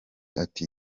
ati